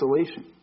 isolation